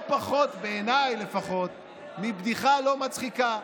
בעיניי לפחות זה לא פחות מבדיחה לא מצחיקה.